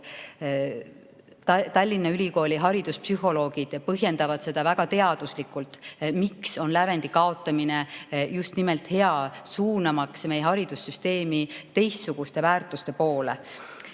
Tallinna Ülikooli hariduspsühholoogid põhjendavad väga teaduslikult, miks on lävendi kaotamine just nimelt hea, suunamaks meie haridussüsteemi teistsuguste väärtuste poole.